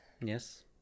Yes